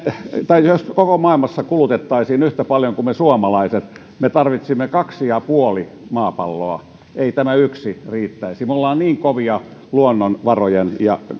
jos koko maailmassa kulutettaisiin yhtä paljon kuin me suomalaiset me tarvitsisimme kaksi ja puoli maapalloa ei tämä yksi riittäisi me olemme niin kovia luonnonvarojen